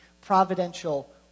providential